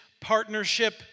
Partnership